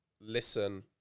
listen